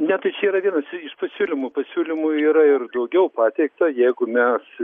ne tai čia yra vienas iš pasiūlymų pasiūlymų yra ir daugiau pateikta jeigu mes